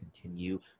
continue